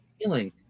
feeling